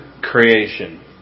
creation